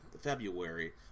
February